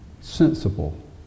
sensible